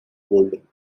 golden